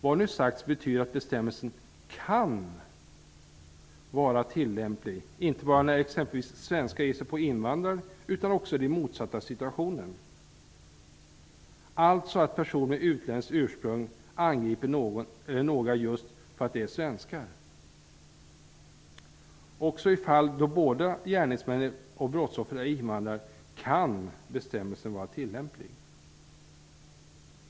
Vad nu har sagts betyder att bestämmelsen kan vara tillämplig, inte bara när exempelvis svenskar ger sig på invandrare utan också i den motsatta situationen, alltså när en person med utländskt ursprung angriper några just därför att de är svenskar. Också i fall då både gärningsmännen och brottsoffren är invandrare kan bestämmelsen vara tillämplig.